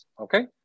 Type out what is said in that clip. okay